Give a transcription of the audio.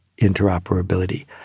interoperability